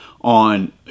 on